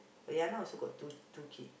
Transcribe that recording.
Yana also got two two kid